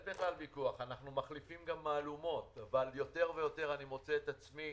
אנחנו גם מחליפים מהלומות אבל יותר ויותר אני מוצא את עצמי